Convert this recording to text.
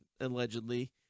allegedly